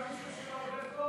נשאר מישהו שלא הודית לו?